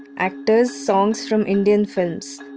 actors, songs from indian films.